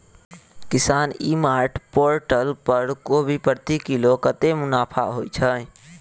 किसान e mart portal पर कोबी प्रति किलो कतै मुनाफा होइ छै?